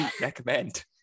recommend